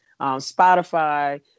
Spotify